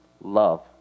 love